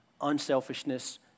unselfishness